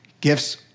Gifts